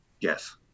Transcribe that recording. Yes